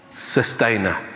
sustainer